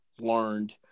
learned